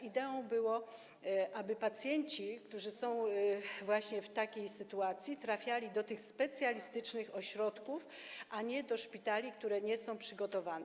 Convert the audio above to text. Ideą było, aby pacjenci, którzy są właśnie w takiej sytuacji, trafiali do tych specjalistycznych ośrodków, a nie do szpitali, które nie są na to przygotowane.